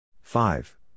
Five